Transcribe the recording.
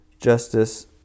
Justice